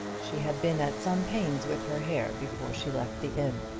she had been at some pains with her hair before she left the inn.